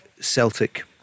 Celtic